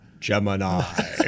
Gemini